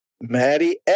Maddie